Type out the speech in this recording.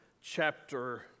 chapter